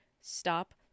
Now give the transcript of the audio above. stop